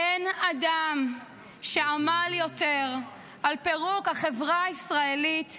אין אדם שעמל יותר על פירוק החברה הישראלית מנתניהו,